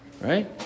right